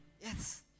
Yes